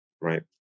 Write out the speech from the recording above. right